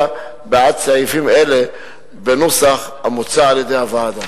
בעד סעיפים אלה בנוסח המוצע על-ידי הוועדה.